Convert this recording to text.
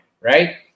right